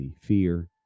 fear